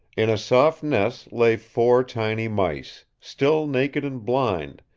in a soft nest lay four tiny mice, still naked and blind,